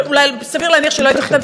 או סביר להניח שלא הייתי חותמת עליה,